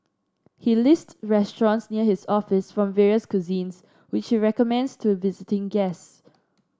he list restaurants near his office from various cuisines which he recommends to visiting guests